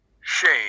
shane